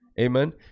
amen